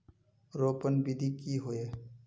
रोपण विधि की होय?